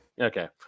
Okay